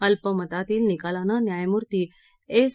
अल्पमतातील निकालानं न्यायमूर्ती एस